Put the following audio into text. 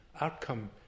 outcome